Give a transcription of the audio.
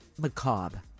macabre